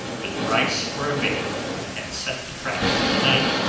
with rice for a bait i had set the traps in the night,